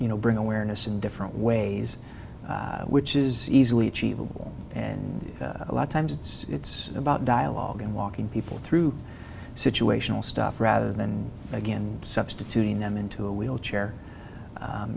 you know bring awareness in different ways which is easily achievable and a lot of times it's about dialogue and walking people through situational stuff rather than again substituting them into a wheelchair